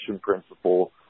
principle